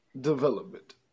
development